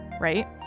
right